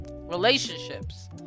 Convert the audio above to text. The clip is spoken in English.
relationships